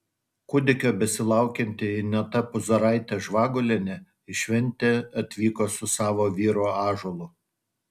kūdikio besilaukianti ineta puzaraitė žvagulienė į šventę atvyko su savo vyru ąžuolu